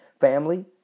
family